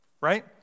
right